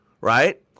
right